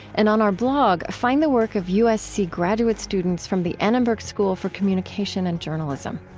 and on our blog find the work of usc graduate students from the annenberg school for communication and journalism.